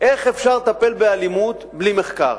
איך אפשר לטפל באלימות בלי מחקר?